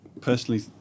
personally